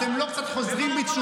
אתם לא קצת חוזרים בתשובה?